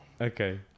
Okay